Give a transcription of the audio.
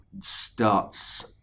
starts